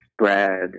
spread